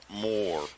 more